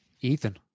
Ethan